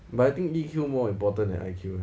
but I think E_Q more important than I_Q